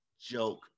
joke